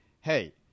Hey